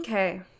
Okay